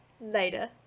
later